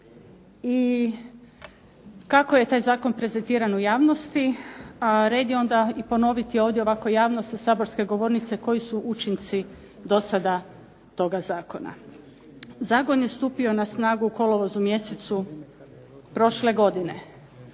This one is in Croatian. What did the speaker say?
i kako je taj zakon prezentiran u javnosti, a red je onda i ponoviti ovdje ovako javno sa saborske govornice koji su učinci do sada toga zakona. Zakon je stupio na snagu u kolovozu mjesecu prošle godine.